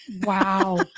Wow